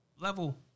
level